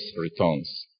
returns